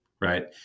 right